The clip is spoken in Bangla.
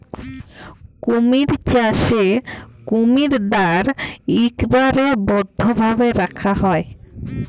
কুমির চাষে কুমিরদ্যার ইকবারে বদ্ধভাবে রাখা হ্যয়